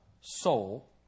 soul